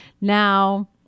Now